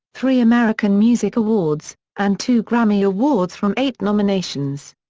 three american music awards, and two grammy awards from eight nominations.